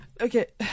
okay